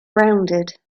rounded